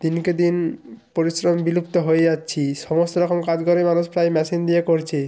দিনকে দিন পরিশ্রম বিলুপ্ত হয়ে যাচ্ছি সমস্ত রকম কাজ করে মানুষ প্রায় মেশিন দিয়ে করছে